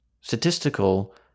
Statistical